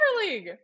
League